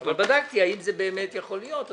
אבל בדקתי האם זה באמת יכול להיות,